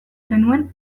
genuen